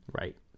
Right